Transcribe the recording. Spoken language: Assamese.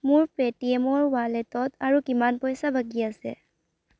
মোৰ পে'টিএমৰ ৱালেটত আৰু কিমান পইচা বাকী আছে